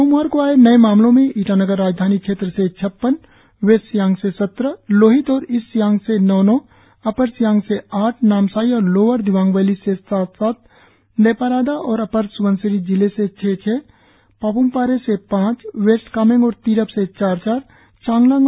सोमवार को आए नए मामलों में ईटानगर राजधानी क्षेत्र से छप्पन वेस्ट सियांग से सत्रह लोहित और ईस्ट सियांग से नौ नौ अपर सियांग से आठ नामसाई और लोअर दिबाग वैली से सात सात लेपारादा और अपर स्बनसिरी जिले से छह छह पाप्मपारे से पांच वेस्ट कामेंग और तिरप से चार चार चांगलांग और लोंगडिंग से दो सो मामले शामिल है